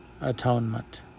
atonement